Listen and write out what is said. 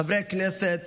חברי כנסת